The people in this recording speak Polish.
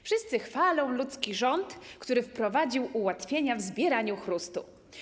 Wszyscy chwalą ludzki rząd, który wprowadził ułatwienia w zbieraniu chrustu.